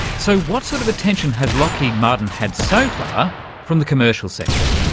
so what sort of attention has lockheed martin had so far from the commercial sector?